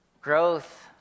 Growth